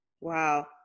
Wow